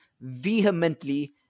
vehemently